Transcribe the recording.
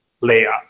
layer